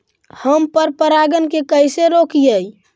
हम पर परागण के कैसे रोकिअई?